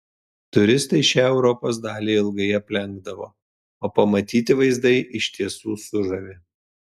turistai šią europos dalį ilgai aplenkdavo o pamatyti vaizdai iš tiesų sužavi